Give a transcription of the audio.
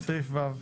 סעיף ו'